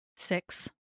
Six